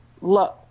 Love